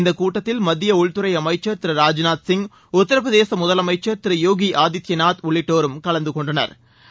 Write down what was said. இந்த கூட்டத்தில் மத்திய உள்துறை அமைச்சர் திரு ராஜ்நாத் சிங் உத்தர பிரதேச முதலமைச்சர் திரு யோகி ஆதித்யநாத் உள்ளிட்டோரும் கலந்துகொண்டனா்